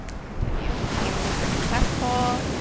continue. payment was successful.